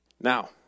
Now